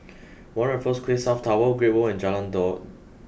one Raffles Quay South Tower Great World and Jalan Daud